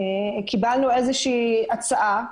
קבלנו הצעה,